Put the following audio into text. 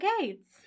Gates